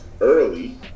early